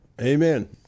amen